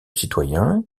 citoyen